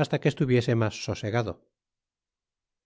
hasta que estuviese mas sosegado